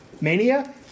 mania